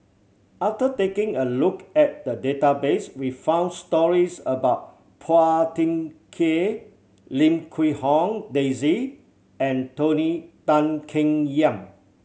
after taking a look at the database we found stories about Phua Thin Kiay Lim Quee Hong Daisy and Tony Tan Keng Yam